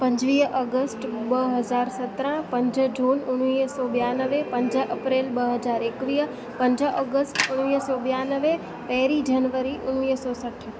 पंजवीह ऑगस्ट ॿ हज़ार सतिरहं पंज जून उणवीह सौ बियानवें पंज अप्रैल ॿ हज़ार एक्वीह पंज ऑगस्ट उणवीह सौ बियानवें पहिरीं जनवरी उणवीह सौ सठि